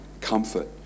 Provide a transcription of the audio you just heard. comfort